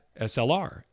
SLR